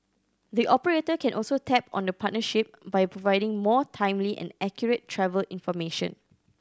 the operator can also tap on the partnership by providing more timely and accurate travel information